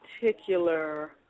particular